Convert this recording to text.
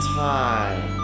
time